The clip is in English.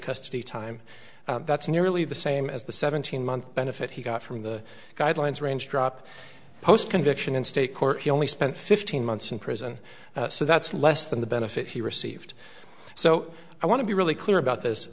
custody time that's nearly the same as the seventeen month benefit he got from the guidelines range drop post conviction in state court he only spent fifteen months in prison so that's less than the benefit he received so i want to be really clear about this